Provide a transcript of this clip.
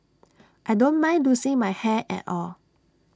I don't mind losing my hair at all